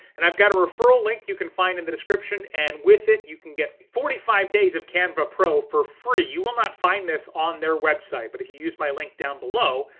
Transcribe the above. and i've got a referral link you can find in the description, and with it, you can get forty five days of canva pro for free. you will not find this on their website, but if you use my link down below,